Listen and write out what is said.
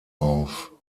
auf